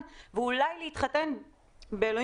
אנחנו